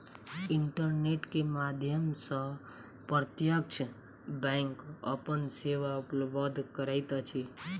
internet के माध्यम सॅ प्रत्यक्ष बैंक अपन सेवा उपलब्ध करैत अछि